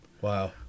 wow